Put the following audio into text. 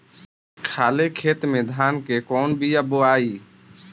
खाले खेत में धान के कौन बीया बोआई?